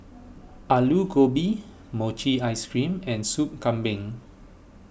Aloo Gobi Mochi Ice Cream and Soup Kambing